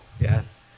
yes